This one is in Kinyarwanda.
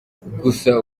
gusa